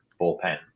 bullpen